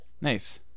Nice